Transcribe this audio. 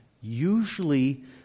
usually